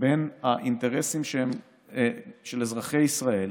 בין האינטרסים של אזרחי ישראל,